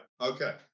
okay